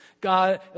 God